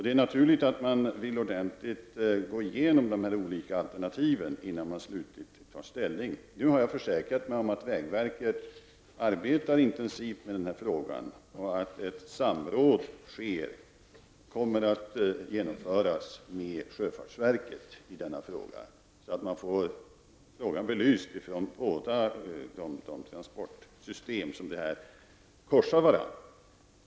Det är naturligt att man ordentligt vill gå igenom de olika alternativen, innan man slutligen tar ställning. Jag har försäkrat mig om att vägverket arbetar intensivt med den här frågan och att ett samråd med sjöfartsverket kommer att ske, detta för att få frågan belyst med hänsyn till båda dessa transportsystem som här korsar varandra.